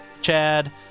Chad